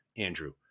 Andrew